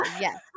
Yes